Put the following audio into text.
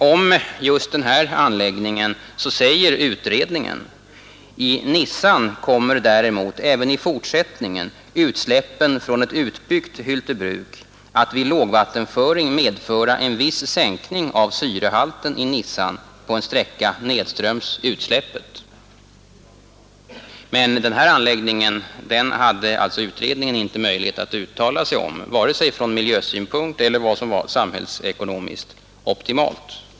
Om just den här anläggningen säger utredningen: ”I Nissan kommer däremot även i fortsättningen utsläppen från ett utbyggt Hyltebruk att vid lågvattenföring medföra en viss sänkning av syrehalten i Nissan på en sträcka nedströms utsläppet.” Men denna anläggning hade utredningen alltså inte möjlighet att uttala sig om vare sig från miljösynpunkt eller med hänsyn till vad som var samhällsekonomiskt optimalt.